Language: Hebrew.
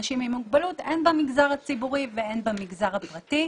אנשים מוגבלות, הן במגזר הציבורי והן במגזר הפרטי.